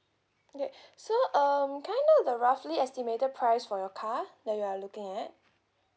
okay so um can I know the roughly estimated price for your car that you are looking at